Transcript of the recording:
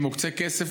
3. אם מוקצה כסף,